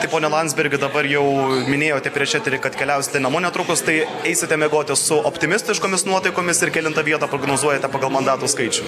tai pone landsbergi dabar jau minėjote prieš eterį kad keliausite namo netrukus tai eisite miegoti su optimistiškomis nuotaikomis ir kelintą vietą prognozuojate pagal mandatų skaičių